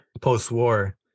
post-war